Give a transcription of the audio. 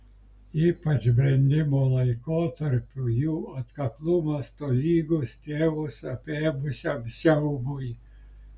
ypač brendimo laikotarpiu jų atkaklumas tolygus tėvus apėmusiam siaubui